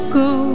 go